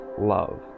love